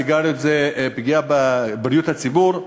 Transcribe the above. סיגריות זה פגיעה בבריאות הציבור,